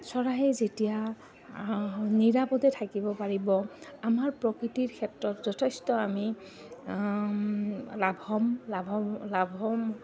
চৰাইয়ে যেতিয়া নিৰাপদে থাকিব পাৰিব আমাৰ প্ৰকৃতিৰ ক্ষেত্ৰত যথেষ্ট আমি লাভ হ'ম লাভ